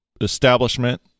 establishment